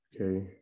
Okay